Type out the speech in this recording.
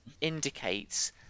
indicates